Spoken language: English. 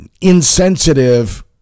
insensitive